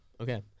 Okay